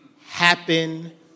happen